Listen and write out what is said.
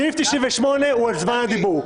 סעיף 98 הוא על זמן הדיבור.